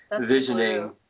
visioning